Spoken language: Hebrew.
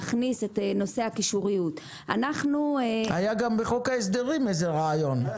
נושא הקישוריות -- היה גם בחוק ההסדרים איזה רעיון,